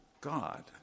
God